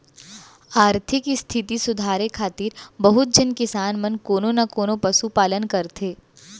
आरथिक इस्थिति सुधारे खातिर बहुत झन किसान मन कोनो न कोनों पसु पालन करथे